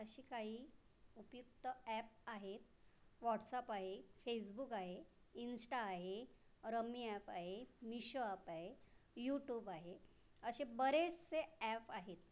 अशी काही उपयुक्त ॲप आहेत वॉट्सअप आहे फेसबुक आहे इन्स्टा आहे रमी ॲप आहे मिषो अप आहे यूटूब आहे असे बरेचसे ॲप आहेत